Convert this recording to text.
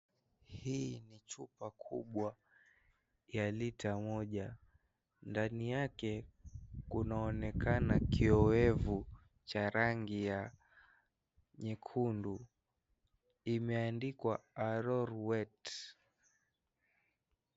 Hii ni chupa kubwa ya lita moja, ndani yake kunaonekana kiowevu cha rangi ya nyekundu, imeandikwa Arorwet.